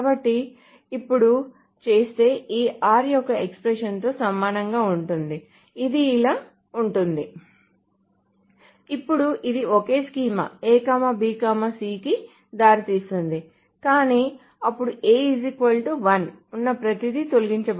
కాబట్టి ఇప్పుడు చేస్తే ఈ r ఒక ఎక్స్ప్రెషన్తో సమానంగా ఉంటుంది ఇది ఇలా ఉంటుంది అప్పుడు ఇది ఒకే స్కీమా A B C కి దారితీస్తుంది కానీ అప్పుడు A 1 ఉన్న ప్రతిదీ తొలగించబడుతుంది